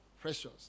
pressures